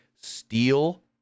steal